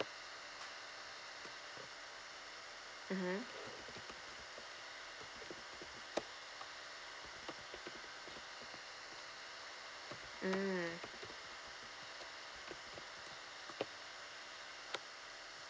mmhmm mm